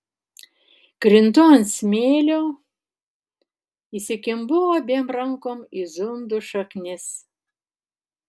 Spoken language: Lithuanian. krintu ant smėlio įsikimbu abiem rankom į zundų šaknis